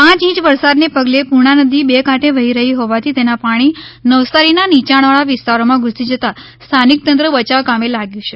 પાંચ ઇંચ વરસાદને પગલે પુર્ણા નદી બે કાંઠે વહી રહી હોવાથી તેના પાણી નવસારીના નીયાણવાળા વિસ્તારોમાં ધૂસી જતાં સ્થાનિક તંત્ર બચાવ કામે લાગ્યું છે